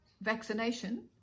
vaccination